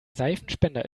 seifenspender